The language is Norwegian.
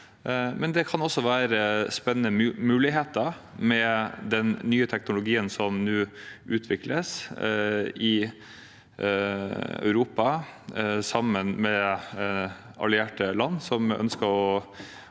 det kan være spennende muligheter med den nye teknologien som nå utvikles i Europa, sammen med allierte land som ønsker å